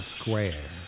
Square